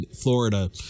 Florida